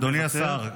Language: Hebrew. אתה מוותר?